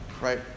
right